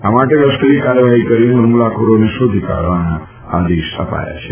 આ માટે લશ્કરી કાર્યવાફી કરીને ફમલાખોરોને શોધવાના આદેશ અપાયા છે